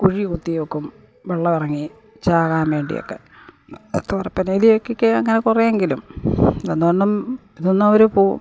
കുഴി കുത്തിവെക്കും വെള്ളം ഇറങ്ങി ചാകാൻ വേണ്ടിയൊക്കെ തുരപ്പൻ എലിയൊക്കെ അങ്ങനെ കുറേയെങ്കിലും ഇതൊന്നും ഇതൊന്നും അവര് പോ